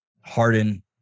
Harden